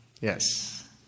Yes